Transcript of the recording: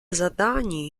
zadání